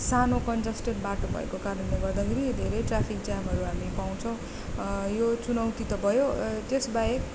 सानो कन्जस्टेट बाटो भएको कारणले गर्दाखेरि धेरै ट्राफिक जामहरू हामीले पाउँछौँ यो चुनौती त भयो त्यसबाहेक